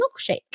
milkshake